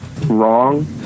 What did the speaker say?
wrong